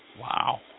Wow